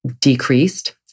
decreased